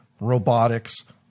robotics